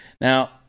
Now